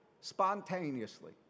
spontaneously